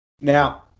Now